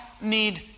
need